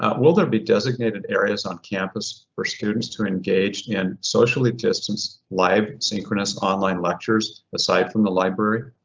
ah will there be designated areas on campus for students to engage in socially distance live synchronous online lectures aside from the library?